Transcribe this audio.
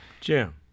Jim